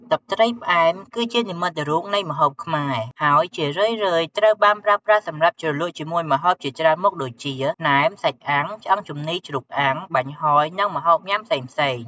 ទឹកត្រីផ្អែម គឺជានិមិត្តរូបនៃម្ហូបខ្មែរ ហើយជារឿយៗត្រូវបានប្រើប្រាស់សម្រាប់ជ្រលក់ជាមួយម្ហូបជាច្រើនមុខដូចជា ណែម សាច់អាំង ឆ្អឹងជំនីរជ្រូកអាំង បាញ់ហយនិងម្ហូបញាំផ្សេងៗ។